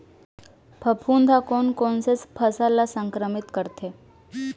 फफूंद ह कोन कोन से फसल ल संक्रमित करथे?